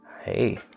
Hey